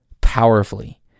powerfully